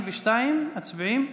42, מצביעים?